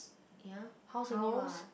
ya house